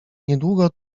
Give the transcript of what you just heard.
niedługo